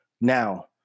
now